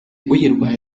uyirwaye